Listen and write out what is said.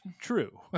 true